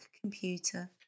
computer